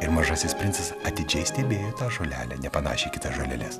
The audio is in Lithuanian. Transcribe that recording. ir mažasis princas atidžiai stebėjo tą žolelę nepanašią į kitas žoleles